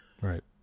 Right